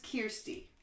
Kirsty